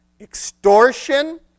extortion